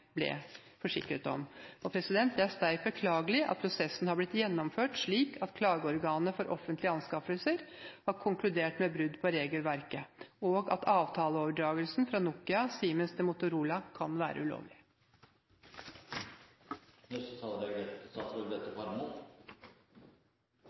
ble forsikret om. Det er sterkt beklagelig at prosessen har blitt gjennomført slik at Klageorganet for offentlige anskaffelser har konkludert med brudd på regelverket, og at avtaleoverdragelsen fra Nokia Siemens til Motorola kan være ulovlig. Nødnett er